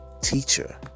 teacher